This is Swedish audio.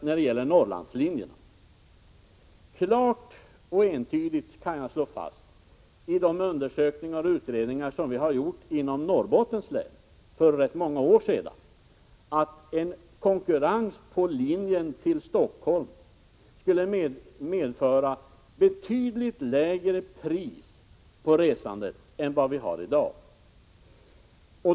När det gäller Norrlandslinjerna vill jag säga att det i de undersökningar och utredningar som vi gjort för rätt många år sedan inom Norrbottens län klart och entydigt slagits fast att en konkurrens på linjen till Stockholm skulle medföra betydligt lägre pris på resandet än vi har i dag.